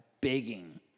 begging